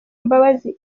mbabazi